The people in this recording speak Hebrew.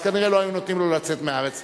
אז כנראה לא היו נותנים לו לצאת מהארץ.